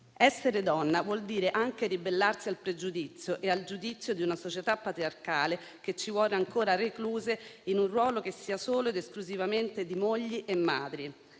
Essere donna vuol dire anche ribellarsi al pregiudizio e al giudizio di una società patriarcale, che ci vuole ancora recluse in un ruolo che sia solo ed esclusivamente di mogli e madri.